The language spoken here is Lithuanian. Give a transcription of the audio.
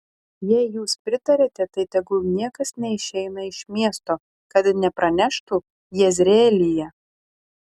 jei jūs pritariate tai tegul niekas neišeina iš miesto kad nepraneštų jezreelyje